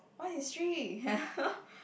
what history